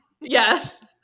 Yes